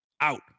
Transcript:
out